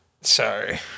Sorry